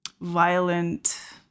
violent